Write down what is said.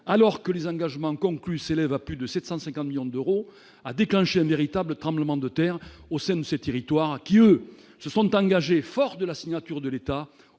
alors que les engagements conclus s'élève à plus de 750 millions d'euros, a déclenché un véritable tremblement de terre au sein de ces territoires qui, eux, se sont engagés, fort de la signature de l'État